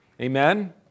Amen